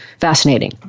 Fascinating